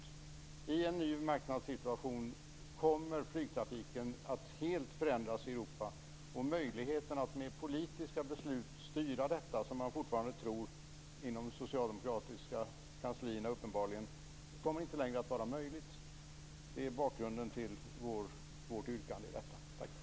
Europa att helt förändras, och det kommer inte längre att vara möjligt att styra detta med politiska beslut, som man inom de socialdemokratiska kanslierna fortfarande tror att man skall kunna göra. - Det är bakgrunden till vårt yrkande i detta sammanhang.